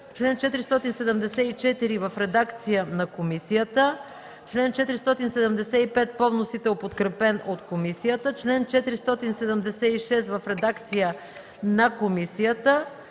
чл. 474 в редакция на комисията; чл. 475 по вносител, подкрепен от комисията; чл. 476 в редакция на комисията;